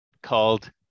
called